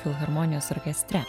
filharmonijos orkestre